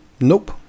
Nope